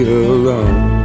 alone